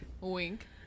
Wink